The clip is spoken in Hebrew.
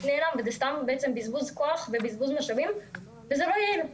נעלמת וזה סתם בזבוז כוח ובזבוז משאבים וזה לא יעיל.